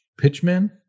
pitchman